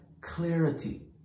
clarity